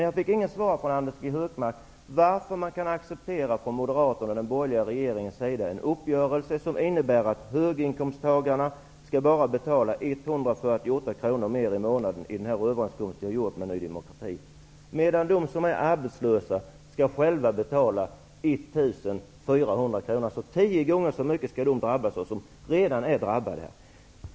Jag fick inget svar från Anders G Högmark på frågan varför Moderaterna och den borgerliga regeringen kan acceptera en uppgörelse som innebär att höginkomsttagarna bara skall betala 148 kr mer i månaden enligt den överenskommelse som ni har gjort med Ny demokrati, medan de som är arbetslösa skall betala 1 400 kr. Tio gånger så mycket skall de betala som redan är drabbade.